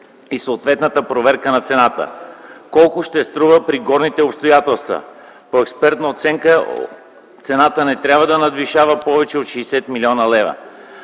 и съответна проверка на цената? 4. Колко ще струва залата при горните обстоятелства? По експертна оценка цената не трябва да надвишава 60 млн. лв.